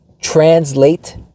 translate